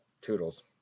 toodles